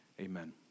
amen